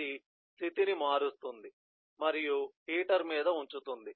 ఇది స్థితిని మారుస్తుంది మరియు హీటర్ మీద ఉంచుతుంది